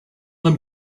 them